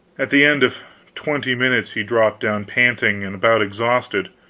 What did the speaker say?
at the end of twenty minutes he dropped down panting, and about exhausted.